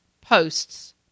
posts